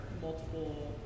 multiple